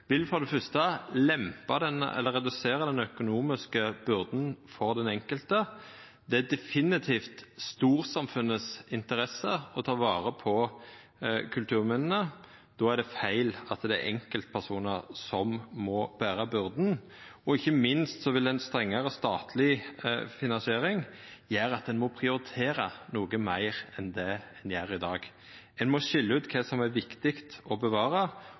for det fyrste vil redusera den økonomiske byrda for den enkelte. Det er definitivt i storsamfunnets interesse å ta vare på kulturminna, og då er det feil at det er enkeltpersonar som må bera byrda. Ikkje minst vil ei strengare statleg finansiering gjera at ein må prioritera noko meir enn ein gjer i dag. Ein må skilja mellom kva det er viktig å bevara,